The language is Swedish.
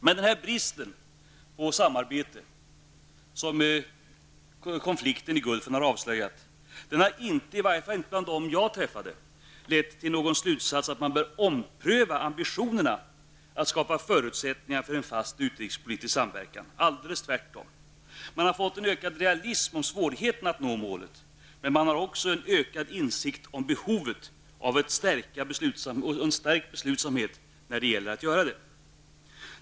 Men den brist på samarbete som konflikten i Gulfen har avslöjat har inte -- i varje fall inte bland dem jag träffade -- lett till slutsatsen att man bör ompröva ambitionerna att skapa förutsättningar för en fast utrikespolitisk samverkan -- alldeles tvärtom. Man har fått en ökad realism när det gäller svårigheterna att nå målet, men man har också en ökad insikt om behovet av samverkan och en stärkt beslutsamhet när det gäller att genomföra en sådan.